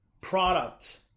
product